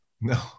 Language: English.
No